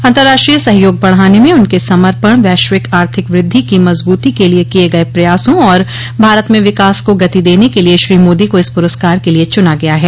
अन्तर्राष्ट्रीय सहयोग बढ़ाने में उनके समर्पण वैश्विक आर्थिक वृद्धि की मजबूती के लिए किये गये प्रयासों और भारत में विकास को गति देने के लिए श्रो मोदी को इस पुरस्कार के लिए चुना गया है